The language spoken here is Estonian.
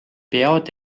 peavad